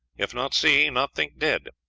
if not see, not think dead.